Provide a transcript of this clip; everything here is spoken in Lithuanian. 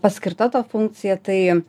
paskirta ta funkcija tai